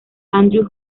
andrew